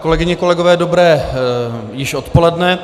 Kolegyně, kolegové, dobré odpoledne.